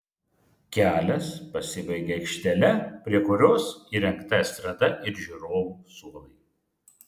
kelias pasibaigia aikštele prie kurios įrengta estrada ir žiūrovų suolai